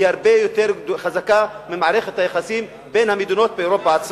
היא הרבה יותר חזקה ממערכת היחסים בין המדינות באירופה.